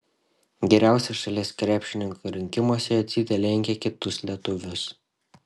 geriausių šalies krepšininkų rinkimuose jocytė lenkia kitus lietuvius